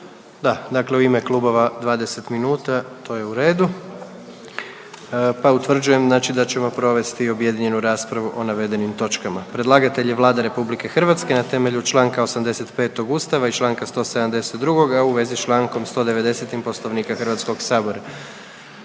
Da, dakle u ime klubova 20 minuta, to je u redu, pa utvrđujem znači da ćemo provesti objedinjenu raspravu o navedenim točkama. Predlagatelj je Vlada RH na temelju čl. 85. ustava i čl. 172., a u vezi s čl. 190. Poslovnika HS. Molim